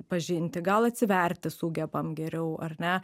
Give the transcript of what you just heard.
pažinti gal atsiverti sugebam geriau ar ne